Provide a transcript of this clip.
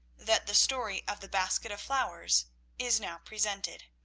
that the story of the basket of flowers is now presented.